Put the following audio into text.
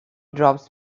drops